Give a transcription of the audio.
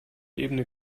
ebene